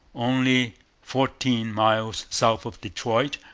only fourteen miles south of detroit,